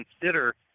consider